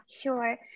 sure